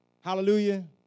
Hallelujah